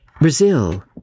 Brazil